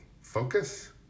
focus